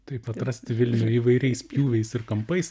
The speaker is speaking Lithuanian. taip atrasti vilnių įvairiais pjūviais ir kampais